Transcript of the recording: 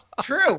true